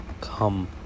come